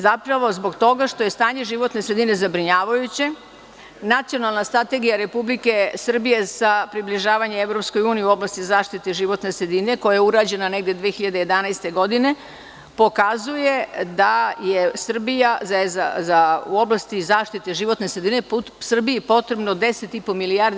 Zapravo, zbog toga što je stanje životne sredine zabrinjavajuće, nacionalna strategija Republike Srbije sa približavanje EU u oblasti zaštite životne sredine, koja je urađena negde 2011. godine, pokazuje da je Srbija u oblasti zaštite životne sredine Srbiji potrebno deset i po milijardi.